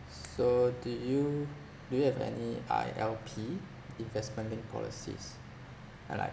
s~ so do you do you have any I_L_P investment linked policies uh like